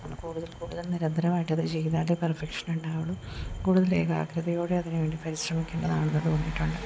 അത് കൂടുതൽ കൂടുതൽ നിരന്തരമായിട്ടത് ചെയ്താൽ പെർഫെക്ഷനുണ്ടാവുള്ളു കൂടുതൽ ഏകാഗ്രതയോടെ അതിനുവേണ്ടി പരിശ്രമിക്കേണ്ടതാണെന്ന് തോന്നിയിട്ടുണ്ട്